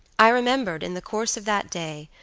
i remembered, in the course of that day,